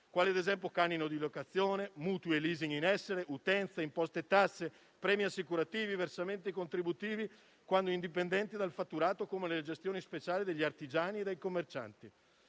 quali, ad esempio, canoni di locazione, mutui e *leasing* in essere, utenze, imposte e tasse, premi assicurativi, versamenti contributivi, quando indipendenti dal fatturato, come nelle gestioni speciali degli artigiani e dei commercianti.